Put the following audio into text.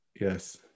Yes